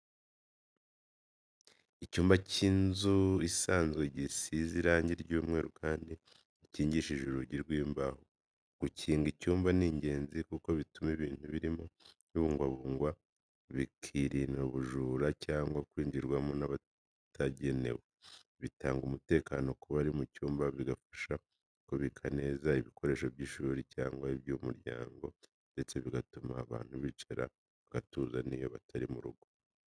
Icyumba cy'inzu isanzwe gisize irangi ry'umweru kandi gikingishije urugi rw'imbaho. Gukinga icyumba ni ingenzi kuko bituma ibintu birimo bibungwabungwa, bikarinda ubujura cyangwa kwinjirwamo n’abatagenewe. Bitanga umutekano ku bari mu cyumba, bigafasha kubika neza ibikoresho by’ishuri cyangwa iby’umuryango, ndetse bigatuma abantu bicara bagatuza n'iyo batari mu rugo.